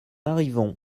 arrivons